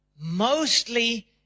mostly